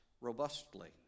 robustly